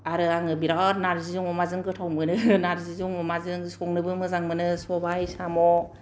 आरो आङो बिराद नारजिजों अमाजों गोथाव मोनो नारजिजों अमाजों संनोबो मोजां मोनो सबाइ साम'